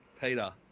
Peter